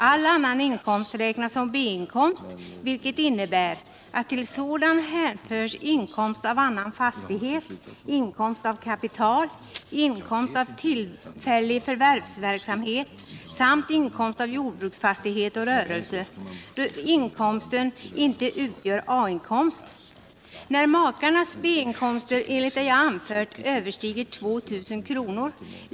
All annan inkomst räknas som B-inkomst, vilket innebär att till sådan hänförs inkomst av annan fastighet, inkomst av kapital, inkomst av tillfällig förvärvsverksamhet samt inkomst av jordbruksfastighet och rörelse, då inkomsten inte utgör A inkomst. När makarnas B-inkomster enligt det jag anfört överstiger 2 000 kr.